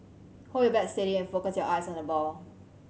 hold your bat steady and focus your eyes on the ball